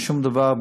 בשום דבר,